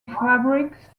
fabric